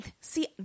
see